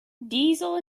diesel